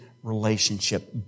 relationship